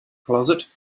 closet